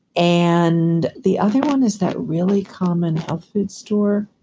and the other one is that really common health food store.